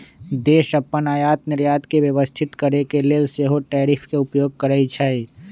देश अप्पन आयात निर्यात के व्यवस्थित करके लेल सेहो टैरिफ के उपयोग करइ छइ